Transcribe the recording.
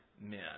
men